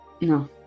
No